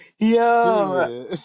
Yo